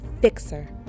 fixer